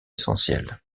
essentielle